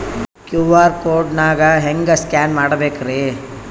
QR code ನಾ ಹೆಂಗ scan ಮಾಡಬೇಕ್ರಿ?